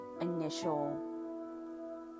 initial